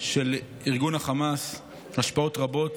של ארגון החמאס השפעות רבות